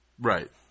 Right